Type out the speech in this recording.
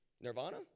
nirvana